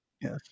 yes